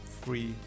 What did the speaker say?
free